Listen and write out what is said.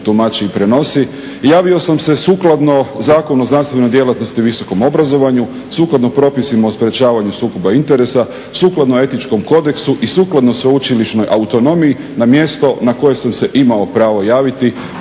tumači i prenosi. Javio sam se sukladno Zakonu o znanstvenoj djelatnosti i visokom obrazovanju, sukladno propisima o sprečavanju sukoba interesa, sukladno Etičkom kodeksu i sukladno sveučilišnoj autonomiji na mjesto na koje sam se imao pravo javiti